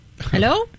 Hello